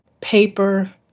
paper